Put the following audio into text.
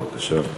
בבקשה.